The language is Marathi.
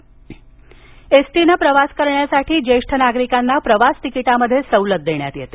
एस टी एसटीने प्रवास करण्यासाठी ज्येष्ठ नागरिकांना प्रवास तिकिटात सवलत देण्यात येते